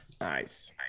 nice